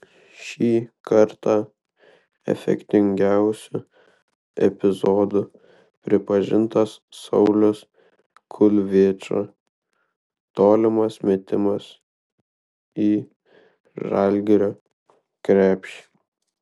šį kartą efektingiausiu epizodu pripažintas sauliaus kulviečio tolimas metimas į žalgirio krepšį